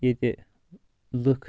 ییٚتہِ لُکھ